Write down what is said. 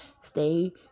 Stay